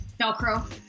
Velcro